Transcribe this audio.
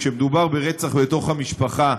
כשמדובר ברצח בתוך המשפחה,